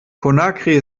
conakry